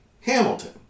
Hamilton